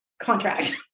contract